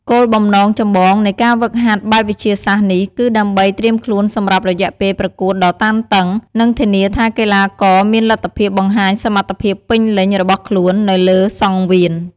គោលបំណងចម្បងនៃការហ្វឹកហាត់បែបវិទ្យាសាស្ត្រនេះ គឺដើម្បីត្រៀមខ្លួនសម្រាប់រយៈពេលប្រកួតដ៏តានតឹង និងធានាថាកីឡាករមានលទ្ធភាពបង្ហាញសមត្ថភាពពេញលេញរបស់ខ្លួននៅលើសង្វៀន។